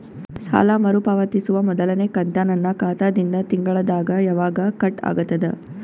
ಸಾಲಾ ಮರು ಪಾವತಿಸುವ ಮೊದಲನೇ ಕಂತ ನನ್ನ ಖಾತಾ ದಿಂದ ತಿಂಗಳದಾಗ ಯವಾಗ ಕಟ್ ಆಗತದ?